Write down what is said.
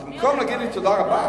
אז במקום להגיד לי: תודה רבה.